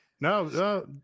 No